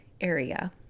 area